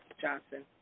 Johnson